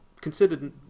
Considered